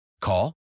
Call